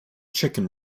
chicken